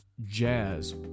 jazz